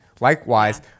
Likewise